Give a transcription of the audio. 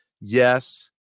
Yes